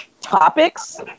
topics